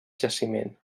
jaciment